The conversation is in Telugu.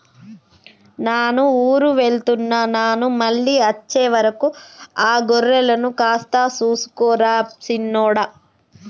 నాను ఊరు వెళ్తున్న నాను మళ్ళీ అచ్చే వరకు ఆ గొర్రెలను కాస్త సూసుకో రా సిన్నోడా